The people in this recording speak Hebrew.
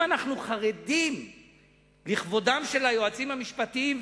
אם אנחנו חרדים לכבודם של היועצים המשפטיים,